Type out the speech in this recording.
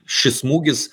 šis smūgis